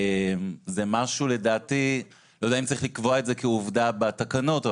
אני לא יודע אם צריך לקבוע את זה כעובדה בתקנות,